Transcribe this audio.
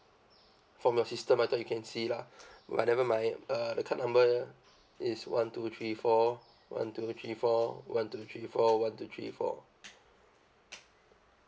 from your system I thought you can see lah whatever my uh the card number is one two three four one two three four one two three four one two three four